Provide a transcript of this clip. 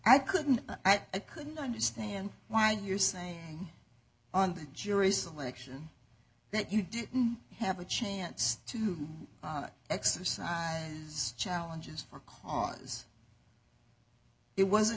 i couldn't i couldn't understand why you're saying on the jury selection that you did have a chance to exercise challenges for cause it wasn't